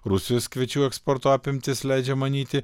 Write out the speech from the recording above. rusijos kviečių eksporto apimtys leidžia manyti